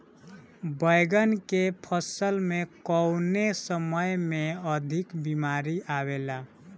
बैगन के फसल में कवने समय में अधिक बीमारी आवेला?